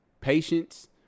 patience